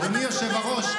אדוני היושב-ראש,